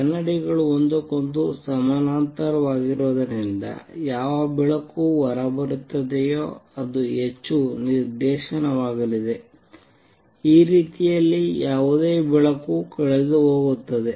ಕನ್ನಡಿಗಳು ಒಂದಕ್ಕೊಂದು ಸಮಾನಾಂತರವಾಗಿರುವುದರಿಂದ ಯಾವ ಬೆಳಕು ಹೊರಬರುತ್ತದೆಯೋ ಅದು ಹೆಚ್ಚು ನಿರ್ದೇಶನವಾಗಲಿದೆ ಈ ರೀತಿಯಲ್ಲಿ ಯಾವುದೇ ಬೆಳಕು ಕಳೆದುಹೋಗುತ್ತದೆ